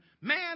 Man